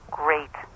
great